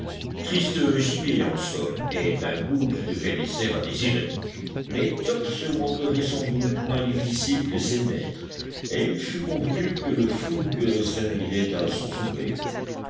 triste gibier en somme et d'un goût qui devait laisser à désirer mais top se montrerait sans doute moins difficile que ses maîtres et il fut convenu que le foulque servirait à son souper